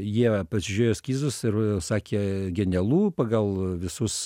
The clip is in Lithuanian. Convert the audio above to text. jie pasižiūrėjo eskizus ir sakė genialu pagal visus